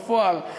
בפועל,